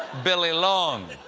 billy long.